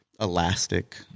elastic